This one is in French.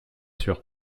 sûr